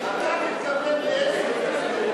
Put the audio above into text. אתה מתכוון לאיזה מסתננים?